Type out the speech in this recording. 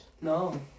No